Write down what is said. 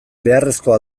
beharrezkoa